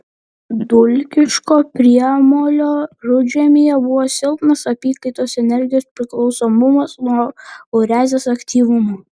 dulkiško priemolio rudžemyje buvo silpnas apykaitos energijos priklausomumas nuo ureazės aktyvumo